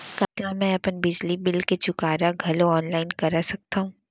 का मैं अपन बिजली बिल के चुकारा घलो ऑनलाइन करा सकथव?